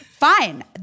Fine